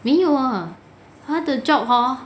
没有啊她的 job hor